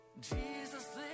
Jesus